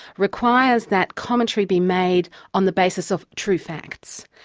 requires that commentary be made on the basis of true facts.